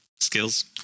skills